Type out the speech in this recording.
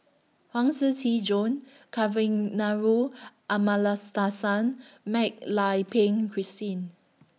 Huang Shiqi Joan Kavignareru Amallathasan Mak Lai Peng Christine